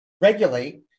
regulate